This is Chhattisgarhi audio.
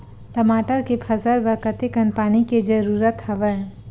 टमाटर के फसल बर कतेकन पानी के जरूरत हवय?